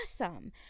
awesome